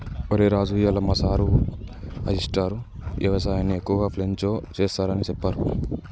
ఒరై రాజు ఇయ్యాల మా సారు ఆయిస్టార్ యవసాయన్ని ఎక్కువగా ఫ్రెంచ్లో సెస్తారని సెప్పారు